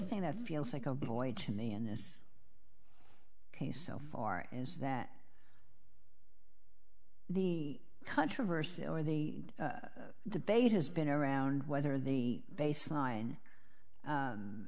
thing that feels like a point to me in this case so far is that the controversy over the debate has been around whether the baseline